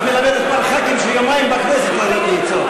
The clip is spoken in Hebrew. את מלמדת גם חברי כנסת שהם יומיים בכנסת לתת לי עצות.